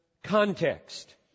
Context